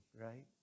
right